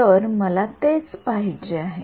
तर मला तेच पाहिजे आहे